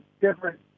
different